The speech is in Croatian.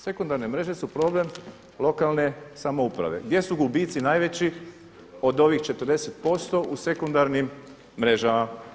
Sekundarne mreže su problem lokalne samouprave gdje su gubici najveći od ovih 40% u sekundarnim mrežama.